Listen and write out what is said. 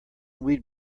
we’d